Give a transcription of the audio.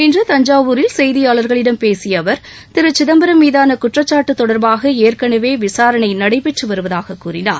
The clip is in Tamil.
இன்று தஞ்சாவூரில் செய்தியாள்களிடம் பேசிய அவர் திரு சிதம்பரம் மீதான குற்றச்சாட்டு தொடர்பாக ஏற்கனவே விசாரணை நடைபெற்று வருவதாகக் கூறினார்